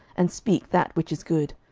and speak that which is good.